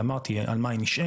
שאמרתי, על מה היא נשענת,